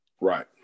Right